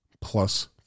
plus